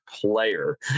player